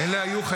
אני אומר לך,